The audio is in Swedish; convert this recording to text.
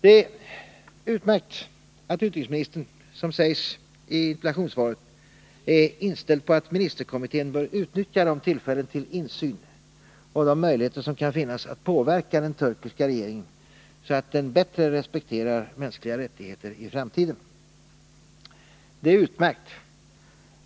Det är utmärkt att utrikesministern, som det sägs i interpellationssvaret, är inställd på att ministerkommittén bör utnyttja de tillfällen till insyn och de möjligheter som kan finnas för att påverka den turkiska regeringen så att den i framtiden bättre respekterar mänskliga rättigheter. Det är utmärkt.